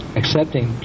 accepting